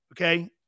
Okay